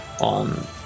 on